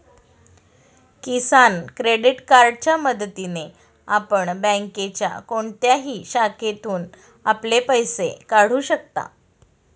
किसान credit कार्डच्या मदतीने आपण बँकेच्या कोणत्याही शाखेतून आपले पैसे काढू शकता